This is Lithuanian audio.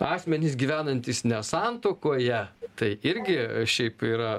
asmenys gyvenantys ne santuokoje tai irgi šiaip yra